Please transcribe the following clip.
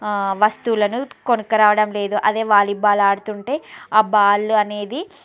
వస్తువులను కొనుక్కరావడం లేదు అదే వాలీబాల్ ఆడుతు ఉంటే ఆ బాలు అనేది